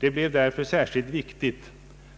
Det blev därför särskilt viktigt